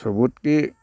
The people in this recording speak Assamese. চবতকৈ